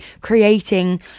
creating